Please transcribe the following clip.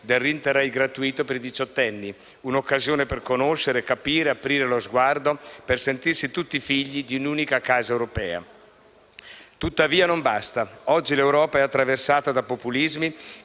dell'Interrail gratuito per i diciottenni, un'occasione per conoscere, capire, aprire lo sguardo, per sentirsi tutti figli di un'unica casa europea. Tuttavia, ciò non basta: oggi l'Europa è attraversata da populismi